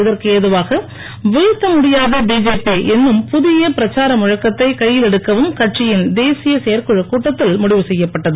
இதற்கு ஏதுவாக வீழ்த்த முடியாத பிஜேபி என்னும் புதிய பிரச்சார முழக்கத்தை கையிலெடுக்கவும் கட்சியின் தேசிய செயற்குழுக் கூட்டத்தில் முடிவு செய்யப்பட்டது